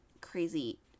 crazy